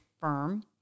firm